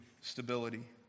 stability